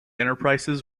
enterprises